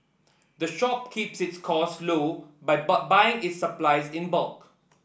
the shop keeps its costs low by by buying its supplies in bulk